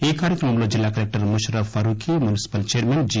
ఈ కార్యక్రమంలో జిల్లా collector Musharraf Farooqui municipal chairman G